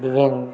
विभिन्न